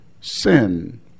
sin